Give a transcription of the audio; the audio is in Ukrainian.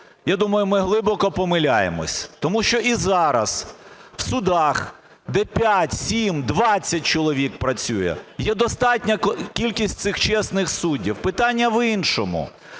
я думаю, ми глибоко помиляємося. Тому що і зараз в судах, де 5, 7, 20 чоловік працює, є достатня кількість цих чесних суддів. Питання в іншому.